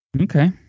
okay